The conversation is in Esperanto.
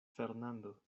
fernando